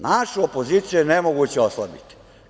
Našu opoziciju je nemoguće oslabiti.